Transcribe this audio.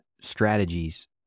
strategies